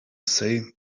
say